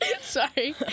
Sorry